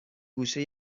گوشه